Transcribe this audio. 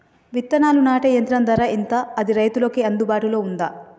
విత్తనాలు నాటే యంత్రం ధర ఎంత అది రైతులకు అందుబాటులో ఉందా?